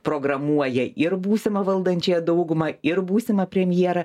programuoja ir būsimą valdančiąją daugumą ir būsimą premjerą